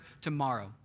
tomorrow